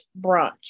Brunch